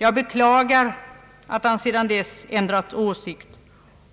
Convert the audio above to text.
Jag beklagar att han sedan dess ändrat åsikt